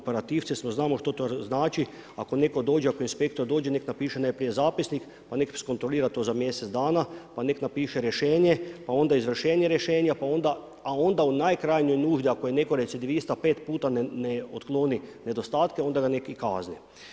Operativci smo znamo što to znači, ako neko dođe, ako inspektor dođe nek napiše najprije zapisnik pa nek iskontrolira to za mjesec dana, pa neka napiše rješenje pa onda izvršenje rješenja pa onda, a onda u naj krajnjoj nuždi ako je neko recidivista pet puta ne otkloni nedostatke onda neka ga i kazne.